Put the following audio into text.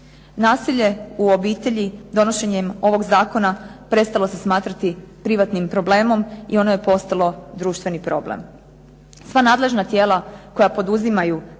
Nasilje u obitelji donošenjem ovog zakona prestalo se smatrati privatnim problemom i ono je postalo društveni problem. Sva nadležna tijela koja poduzimaju